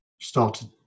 started